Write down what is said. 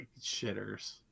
shitters